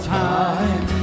time